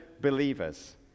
believers